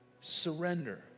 surrender